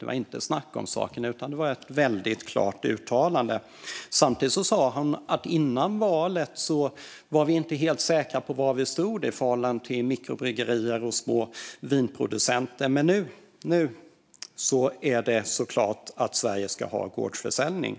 Det var inget snack om saken, utan det stod klart i uttalandet. Hon sa också att Kristdemokraterna före valet inte var helt säkra på var de stod i förhållande till mikrobryggerier och små vinproducenter men att det nu stod klart att Sverige ska ha gårdsförsäljning.